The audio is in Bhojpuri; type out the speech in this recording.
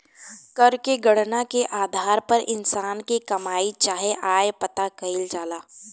कर के गणना के आधार पर इंसान के कमाई चाहे आय पता कईल जाला